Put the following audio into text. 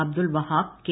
Abdul Wahab K